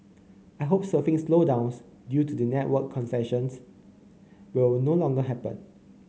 I hope surfing slowdowns due to the network congestions will no longer happen